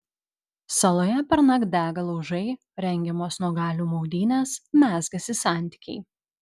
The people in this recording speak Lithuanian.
saloje pernakt dega laužai rengiamos nuogalių maudynės mezgasi santykiai